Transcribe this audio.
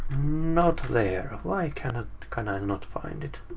not there. why can ah can i not find it?